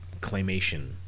claymation